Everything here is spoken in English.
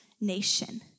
nation